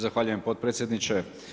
Zahvaljujem potpredsjedniče.